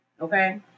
okay